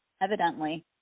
evidently